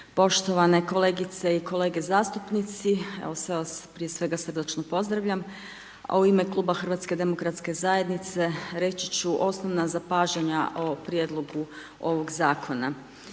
poštovane kolegice i kolege zastupnice, evo, sve vas prije svega srdačno pozdravljam, a u ime HDZ-a reći ću osnovna zapažanja o prijedlogu ovog Zakona.